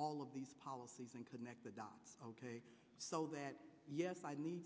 all of these policies and connect the dots so that